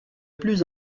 plus